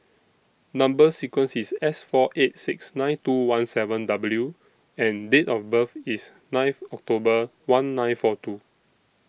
Number sequence IS S four eight six nine two one seven W and Date of birth IS ninth October one nine four two